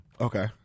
Okay